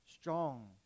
strong